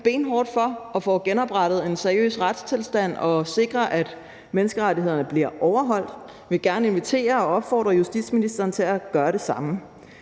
kæmpe benhårdt for at få genoprettet en seriøs retstilstand og sikre, at menneskerettighederne bliver overholdt. Vi vil gerne invitere og opfordre justitsministeren til at gøre det samme.